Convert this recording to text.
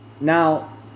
Now